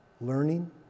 learning